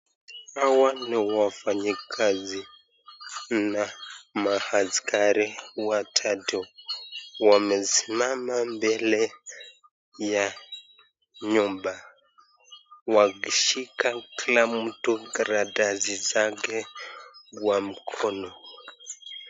Hawa ni wafanyikazi na maaskari watatu wamesimama mbele ya nyumba. Wakishika kila mtu karatasi zake kwa mkono.